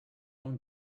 own